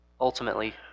ultimately